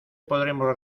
podremos